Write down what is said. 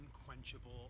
unquenchable